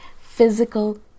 physical